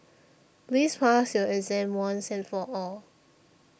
please pass your exam once and for all